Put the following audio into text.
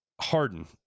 Harden